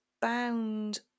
bound